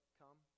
come